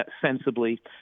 sensibly